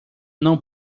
não